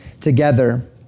together